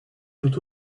tout